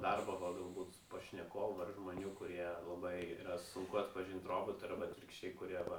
darbo va galbūt pašnekovų ar žmonių kurie labai sunku atpažint robotui arba atvirkščiai kurie va